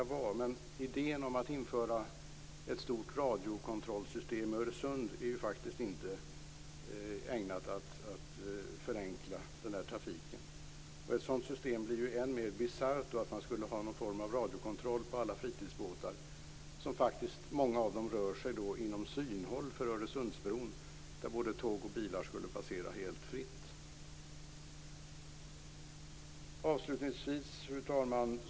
Idén om att införa ett stort radiokontrollsystem i Öresund är inte ägnat att förenkla trafiken. Ett sådant system blir än mer bisarrt om det skall ske en radiokontroll av alla fritidsbåtar. Många rör sig inom synhåll för Öresundsbron, där både tåg och bilar skall passera helt fritt. Fru talman!